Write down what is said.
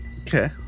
Okay